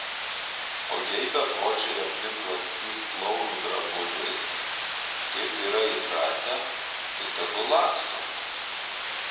o jei bepročiai aplinkui lakstys klounų drabužiais kaip yra įpratę tai tegul laksto